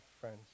friends